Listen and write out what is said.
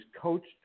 coached